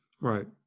Right